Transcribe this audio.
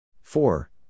four